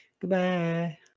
Goodbye